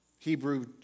Hebrew